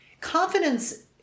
confidence